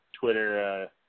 Twitter